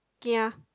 kia